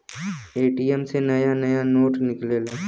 ATM से नया नया नोट निकलेला